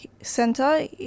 Center